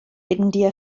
india